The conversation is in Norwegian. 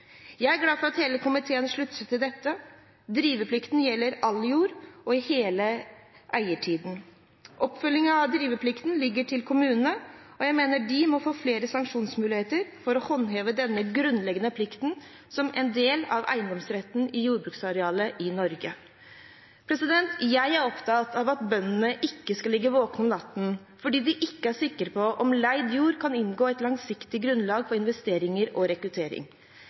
Jeg er glad for at hele komiteen slutter seg til dette. Driveplikten gjelder all jord og i hele eiertiden. Oppfølgingen av driveplikten ligger til kommunene, og jeg mener de må få flere sanksjonsmuligheter for å håndheve denne grunnleggende plikten som en del av eiendomsretten til jordbruksareal i Norge. Jeg er opptatt av at bøndene ikke skal ligge våkne om natten fordi de ikke er sikre på om leid jord kan inngå i et langsiktig grunnlag for investeringer og rekruttering.